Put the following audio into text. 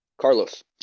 Carlos